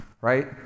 right